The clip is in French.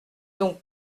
donc